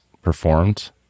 Performed